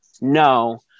no